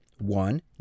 One